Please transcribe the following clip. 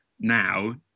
now